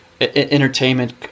entertainment